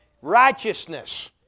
Righteousness